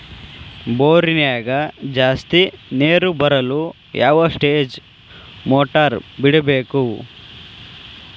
ಬೋರಿನ್ಯಾಗ ಜಾಸ್ತಿ ನೇರು ಬರಲು ಯಾವ ಸ್ಟೇಜ್ ಮೋಟಾರ್ ಬಿಡಬೇಕು?